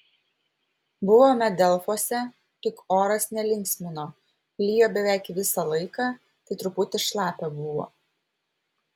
buvome delfuose tik oras nelinksmino lijo beveik visą laiką tai truputį šlapia buvo